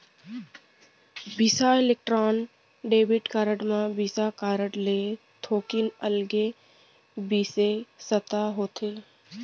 बिसा electron debit card म Visa card ले थोकिन अलगे बिसेसता होथे